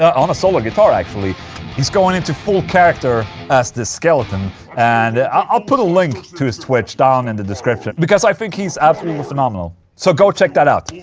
on a solar guitar actually he's going into full character as this skeleton and i'll put a link to his twitch down in and the description because i think he's absolutely phenomenal. so go check that out,